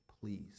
please